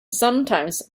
sometimes